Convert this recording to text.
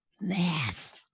Math